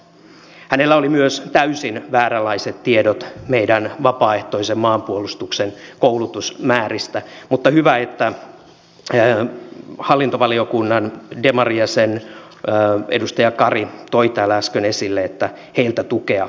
hänellä oli myös täysin vääränlaiset tiedot meidän vapaaehtoisen maanpuolustuksen koulutusmääristä mutta hyvä että hallintovaliokunnan demarijäsen edustaja kari toi täällä äsken esille että heiltä tukea löytyy